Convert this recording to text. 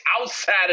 outside